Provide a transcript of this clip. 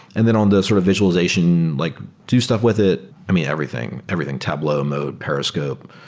and then on the sort of visualization, like do stuff with it. i mean, everything. everything, tableau, moe, periscope.